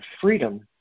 freedom